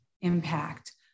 impact